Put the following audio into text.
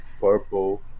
purple